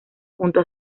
junto